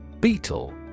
BEETLE